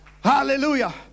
hallelujah